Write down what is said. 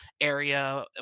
area